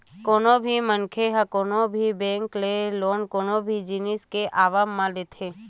कोनो भी मनखे ह कोनो भी बेंक ले लोन कोनो भी जिनिस के काम के आवब म लेथे